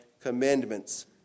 commandments